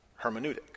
hermeneutic